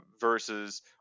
versus